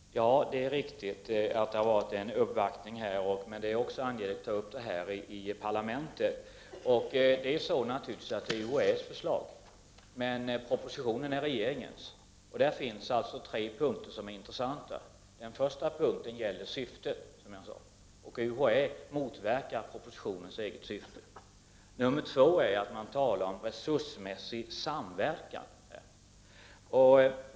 Herr talman! Det är riktigt att det har förekommit en uppvaktning i detta sammanhang. Men det är också angeläget att frågan tas upp i parlamentet. Naturligtvis är det UHÄ:s förslag. Men propositionen är regeringens. Det finns tre punkter som är intressanta här. Den första punkten gäller syftet, som jag nämnt. UHÄ motverkar propositionens syfte. När det gäller den andra punkten talar man om resursmässig samverkan.